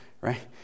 right